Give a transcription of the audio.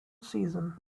season